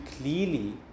clearly